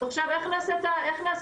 ועכשיו איך נעשה מחדש,